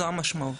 זו המשמעות.